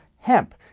Hemp